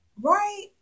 Right